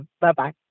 Bye-bye